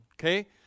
Okay